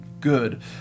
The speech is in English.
Good